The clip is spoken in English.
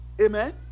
amen